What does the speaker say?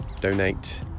donate